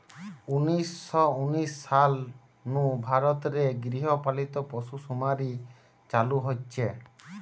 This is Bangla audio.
উনিশ শ উনিশ সাল নু ভারত রে গৃহ পালিত পশুসুমারি চালু হইচে